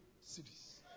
cities